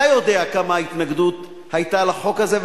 אתה יודע כמה ההתנגדות היתה לחוק הזה,